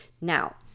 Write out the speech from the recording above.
now